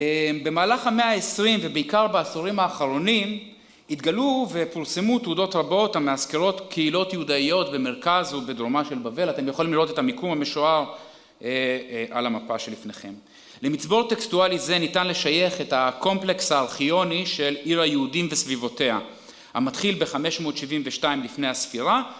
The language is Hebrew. במהלך המאה העשרים ובעיקר בעשורים האחרונים התגלו ופורסמו תעודות רבות המאזכרות קהילות יהודאיות במרכז ובדרומה של בבל, אתם יכולים לראות את המיקום המשוער על המפה שלפניכם. למצבור טקסטואלי זה ניתן לשייך את הקומפלקס הארכיוני של עיר היהודים וסביבותיה המתחיל בחמש מאות שבעים ושתיים לפני הספירה